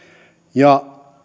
ja